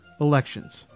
elections